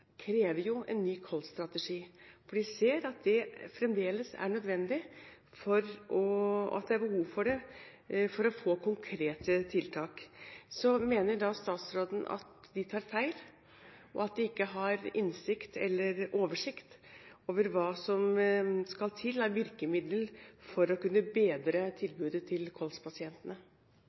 krever jo en ny kolsstrategi, for de ser at det fremdeles er nødvendig, og at det er behov for det for å få konkrete tiltak. Mener da statsråden at de tar feil, og at de ikke har innsikt i eller oversikt over hva som skal til av virkemidler for å kunne bedre tilbudet til kolspasientene?